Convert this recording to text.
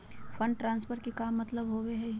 Fund transfer के का मतलब होव हई?